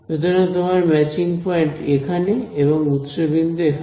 সুতরাং তোমার matching point এখানে এবং উৎস বিন্দু এখানে